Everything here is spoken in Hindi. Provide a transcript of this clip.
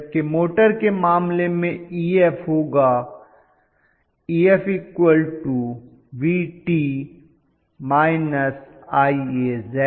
जबकि मोटर के मामले में Ef होगा Ef Vt −IaZs